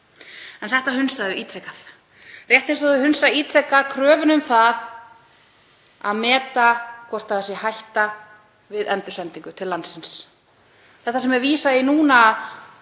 En þetta hunsa þau ítrekað, rétt eins og þau hunsa ítrekað kröfu um að meta hvort það sé hætta við endursendingu til landsins. Það sem er vísað í núna,